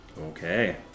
Okay